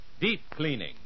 deep-cleaning